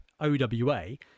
OWA